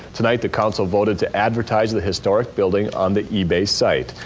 tonight the council voted to advertise the historic building on the ebay site.